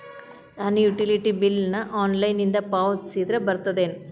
ನಾನು utility bill ನ ಆನ್ಲೈನಿಂದ ಪಾವತಿಸಿದ್ರ ಬರ್ತದೇನು?